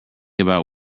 about